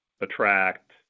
attract